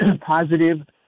positive